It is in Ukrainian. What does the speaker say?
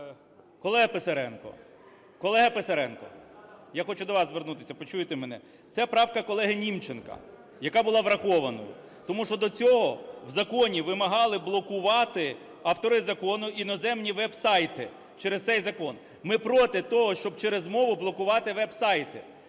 Колего Писаренко! Я хочу до вас звернутися, почуйте мене. Це правка колеги Німченка, яка була врахованою, тому що до цього в законі вимагали блокувати автори закону іноземні веб-сайти через цей закон. Ми проти того, щоб через мову блокувати веб-сайти.